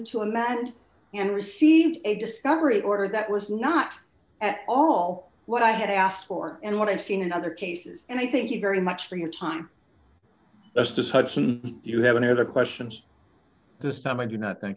to amend and received a discovery order that was not at all what i had asked for and what i've seen in other cases and i think you very much for your time just as hudson you haven't had a questions this time i do not think